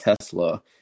Tesla